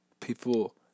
People